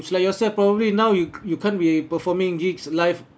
it's like yourself probably now you you can't be performing gigs live